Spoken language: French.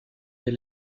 des